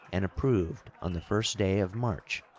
and approved on the first day of march,